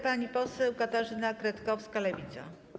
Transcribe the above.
Pani poseł Katarzyna Kretkowska, Lewica.